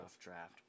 draft